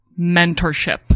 mentorship